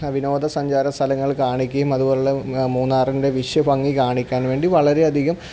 വിനോദസഞ്ചാര സ്ഥലങ്ങൾ കാണിക്കുകയും അതു പോലെയുള്ള മൂന്നാറിന്റെ വിശ്വഭംഗി കാണിക്കാൻ വേണ്ടി വളരെയധികം